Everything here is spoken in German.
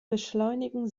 beschleunigen